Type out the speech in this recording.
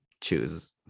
choose